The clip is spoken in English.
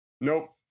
Nope